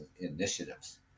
initiatives